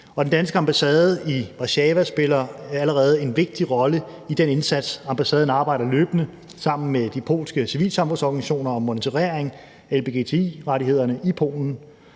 Den danske ambassade i Warszawa spiller også allerede en vigtig rolle i den indsats. Ambassaden arbejder løbende sammen med de polske civilsamfundsorganisationer om monitorering af lgbti-rettighederne i Polen,